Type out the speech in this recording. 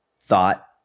thought